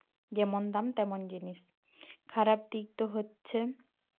ᱡᱮᱢᱚᱱ ᱫᱟᱢ ᱛᱮᱢᱚᱱ ᱡᱤᱱᱤᱥ ᱠᱷᱟᱨᱟᱯ ᱫᱤᱠ ᱫᱚ ᱦᱚᱪᱪᱷᱮ